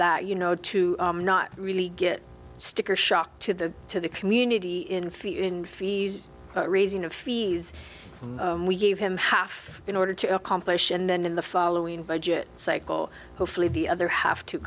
that you know to not really get sticker shock to the to the community in fear in fees raising of fees we gave him half in order to accomplish and then in the following budget cycle hopefully the other have to